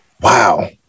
wow